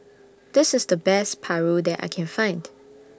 This IS The Best Paru that I Can Find